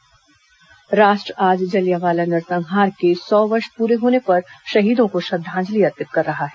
जलियावाला श्रद्धांजलि राष्ट्र आज जलियावाला नरसंहार के सौ वर्ष प्ररे होने पर शहीदों को श्रद्वांजलि अर्पित कर रहा है